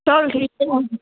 ਚਲ ਠੀਕ ਆ